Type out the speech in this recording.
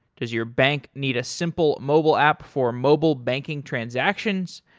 does your bank need a simple mobile app for mobile banking transactions?